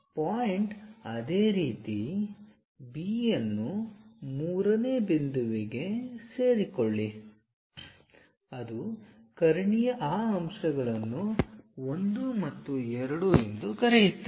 point ಅದೇ ರೀತಿ B ಅನ್ನು ಮೂರನೇ ಬಿಂದುವಿಗೆ ಸೇರಿಕೊಳ್ಳಿ ಅದು ಕರ್ಣೀಯ ಆ ಅಂಶಗಳನ್ನು 1 ಮತ್ತು 2 ಎಂದು ಕರೆಯುತ್ತದೆ